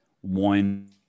one